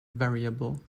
variable